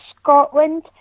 Scotland